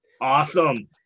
Awesome